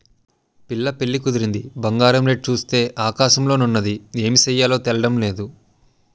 పిల్ల పెళ్లి కుదిరింది బంగారం రేటు సూత్తే ఆకాశంలోన ఉన్నాది ఏమి సెయ్యాలో తెల్డం నేదు